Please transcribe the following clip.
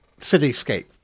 cityscape